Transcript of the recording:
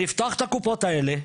לפתוח את הקופות האלה,